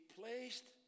placed